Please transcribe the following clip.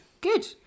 Good